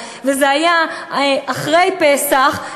וזה היה אחרי פסח,